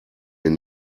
den